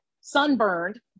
sunburned